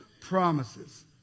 promises